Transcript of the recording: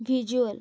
visual